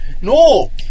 No